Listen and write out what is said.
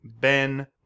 Ben